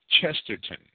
Chesterton